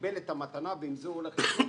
שקיבל את המתנה, ועם זה הוא הולך לקנות.